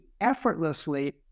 effortlessly